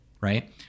right